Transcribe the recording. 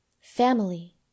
family